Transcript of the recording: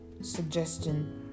Suggestion